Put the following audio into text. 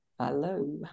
Hello